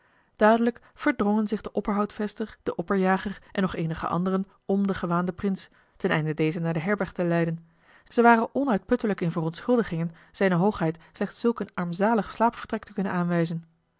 dadelijk verdrongen zich de opperhoutvester de opperjager en nog eenige anderen om den gewaanden prins ten einde dezen naar de herberg te leiden ze waren onuitputtelijk in verontschuldigingen zijne hoogheid slechts zulk een armzalig slaapvertrek te kunnen aanwijzen